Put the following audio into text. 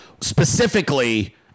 specifically